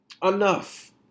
Enough